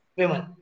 women